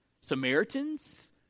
Samaritans